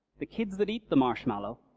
the kids that eat the marshmallow,